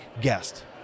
guest